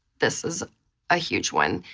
this is a huge one.